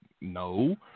no